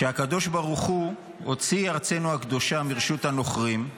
שהקב"ה הוציא ארצנו הקדושה מרשות הנכרים,